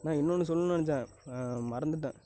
அண்ணே இன்னொன்று சொல்லணும்னு நினைச்சேன் மறந்துட்டேன்